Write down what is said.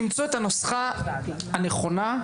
למצוא את הנוסחה הנכונה,